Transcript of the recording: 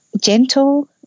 gentle